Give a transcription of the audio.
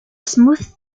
smooth